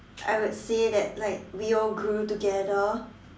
I would say that like we all grew together